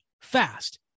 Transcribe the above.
fast